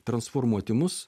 transformuoti mus